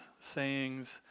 sayings